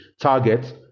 Target